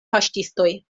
paŝtistoj